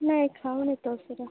ନାଇଁ ଖାଉନି ତ ସେରା